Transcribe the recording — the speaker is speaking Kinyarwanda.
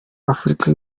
afurika